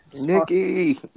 Nikki